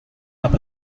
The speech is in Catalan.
cap